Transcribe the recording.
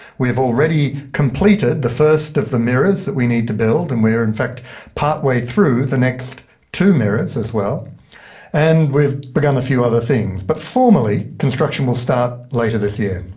we've already completed the first of the mirrors that we need to build and we're in fact partway through the next two mirrors as well and with again a few other things. but formally construction will start later this year.